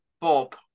Bob